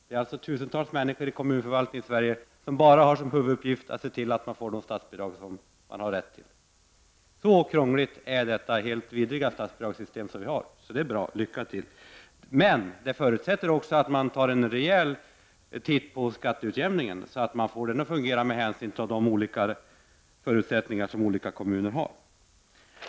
Det är alltså tusentals människor i kommunförvaltningen i Sverige som har som huvuduppgift att se till att man får de statsbidrag som man har rätt till. Så krångligt är det helt vidriga statsbidragssystem som vi har. Så lycka till! Men det förutsätter att man tar sig en rejäl titt på skatteutjämningen, så att man får den att fungera med hänsyn till de olika förutsättningar som olika kommuner har.